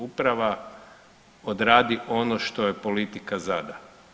Uprava odradi ono što joj politika zada.